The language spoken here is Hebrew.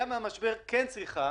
היציאה מהמשבר צריכה